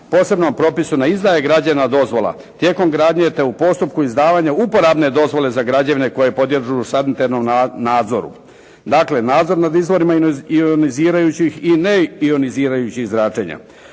posebnom propisu ne izdaje građevna dozvola tijekom gradnje, te u postupku izdavanja uporabne dozvole za građevine koje podliježu sanitarnom nadzoru. Dakle, nadzor nad izvorima ionizirajućih i neionizirajućih zračenja,